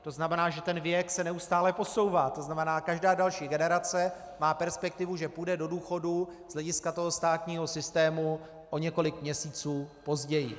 To znamená, že ten věk se neustále posouvá, tzn. každá další generace má perspektivu, že půjde do důchodu z hlediska toho státního systému o několik měsíců později.